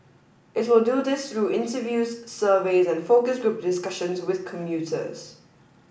it will do this through interviews surveys and focus group discussions with commuters